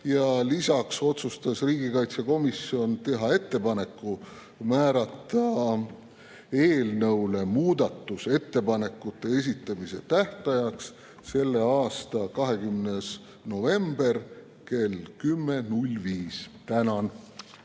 Ja lisaks otsustas riigikaitsekomisjon teha ettepaneku määrata eelnõu muudatusettepanekute esitamise tähtajaks selle aasta 20. november kell 10.05. Tänan!